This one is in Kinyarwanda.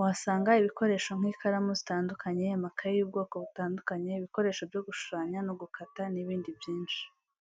Uhasanga ibikoresho nk’ikaramu zitandukanye, amakayi y’ubwoko butandukanye, ibikoresho byo gushushanya no gukata n’ibindi byinshi.